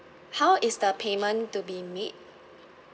how is the payment to be made